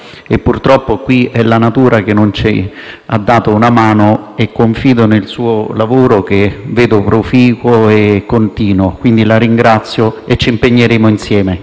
Confido nel suo lavoro, che vedo proficuo e continuo. La ringrazio e ci impegneremo insieme.